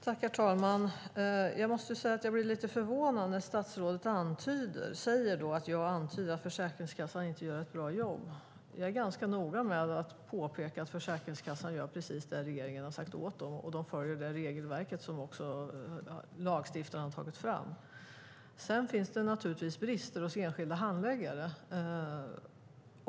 Herr talman! Jag blir lite förvånad när statsrådet säger att jag antyder att Försäkringskassan inte gör ett bra jobb. Jag är ganska noggrann med att påpeka att Försäkringskassan gör precis vad regeringen har sagt och följer det regelverk som lagstiftarna har tagit fram. Sedan finns det naturligtvis brister hos enskilda handläggare.